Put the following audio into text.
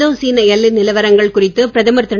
இந்தோ சீன எல்லை நிலவரங்கள் குறித்து பிரதமர் திரு